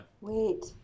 Wait